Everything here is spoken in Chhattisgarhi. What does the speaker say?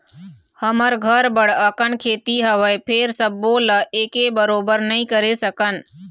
हमर घर बड़ अकन खेती हवय, फेर सबो ल एके बरोबर नइ करे सकन